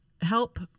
help